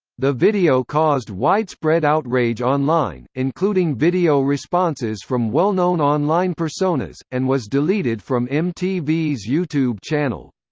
the video caused widespread outrage online, including video responses from well-known online personas, and was deleted from mtv's youtube channel.